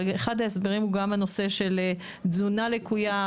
אבל אחד ההסברים הוא גם תזונה לקויה,